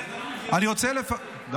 אני רוצה --- זה כי אתה לא מבין.